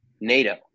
NATO